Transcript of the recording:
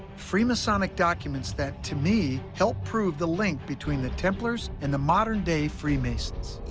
freemasonic documents that, to me, help prove the link between the templars and the modern-day freemasons.